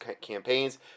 campaigns